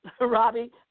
Robbie